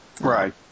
Right